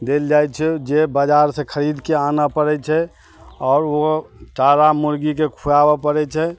देल जाइ छै जे बजार से खरीदके आनऽ पड़ै छै आओर ओ टारा मुर्गीके खुआबऽ पड़ै छै